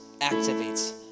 activates